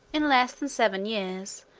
in less than seven years,